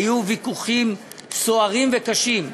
היו ויכוחים סוערים וקשים,